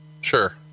Sure